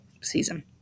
season